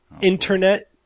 internet